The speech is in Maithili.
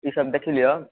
ईसब देख लीहऽ